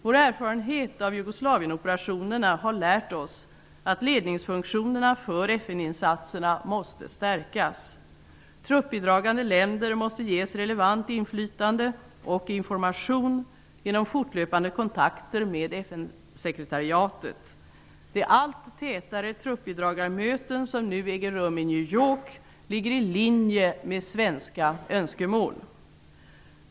Vår erfarenhet av Jugoslavienoperationerna har lärt oss att ledningsfunktionerna för FN-insatserna måste stärkas. Truppbidragande länder måste ges relevant inflytande och information genom fortlöpande kontakter med FN-sekretariatet. De allt tätare truppbidragarmöten som nu äger rum i New York ligger i linje med svenska önskemål.